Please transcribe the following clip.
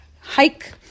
hike